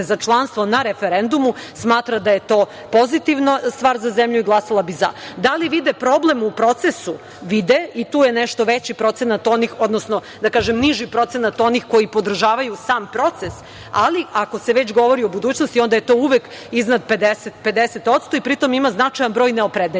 za članstvo na referendumu, smatra da je to pozitivna stvar za zemlju i glasala bi za. Da li vide problem u procesu? Vide. I tu je nešto veći procenat onih, odnosno niži procenat onih koji podržavaju sam proces, ali ako se već govori o budućnosti, onda je to uvek iznad 50% i pri tom ima značajan broj neopredeljenih. Prema